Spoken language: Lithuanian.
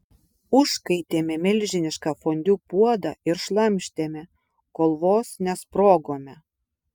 užkaitėme milžinišką fondiu puodą ir šlamštėme kol vos nesprogome